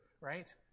right